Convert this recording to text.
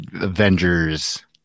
Avengers